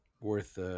worth